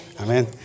Amen